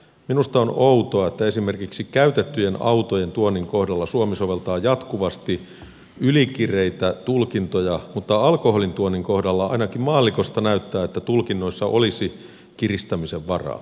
minusta on outoa että esimerkiksi käytettyjen autojen tuonnin kohdalla suomi soveltaa jatkuvasti ylikireitä tulkintoja mutta alkoholin tuonnin kohdalla ainakin maallikosta näyttää että tulkinnoissa olisi kiristämisen varaa